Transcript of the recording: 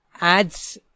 adds